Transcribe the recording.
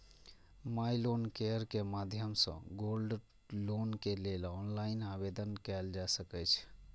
माइ loan care के माध्यम सं गोल्ड लोन के लेल ऑनलाइन आवेदन कैल जा सकै छै